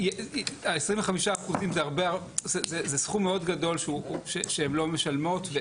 ה-25% זה סכום מאוד גדול שהן לא משלמות.